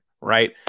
right